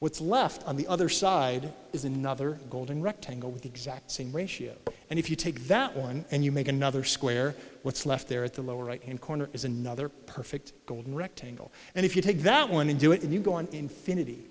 what's left on the other side is another golden rectangle with the exact same ratio and if you take that one and you make another square what's left there at the lower right hand corner is another perfect golden rectangle and if you take that one and do it you go on infinity